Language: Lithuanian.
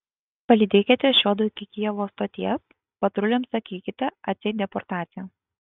palydėkite šiuodu iki kijevo stoties patruliams sakykite atseit deportacija